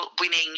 winning